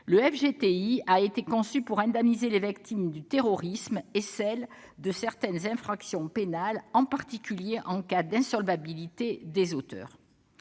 le FGTI a été conçu pour indemniser les victimes du terrorisme et celles de certaines infractions pénales, en particulier en cas d'insolvabilité des auteurs.